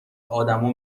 آدما